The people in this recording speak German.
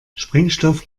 sprengstoff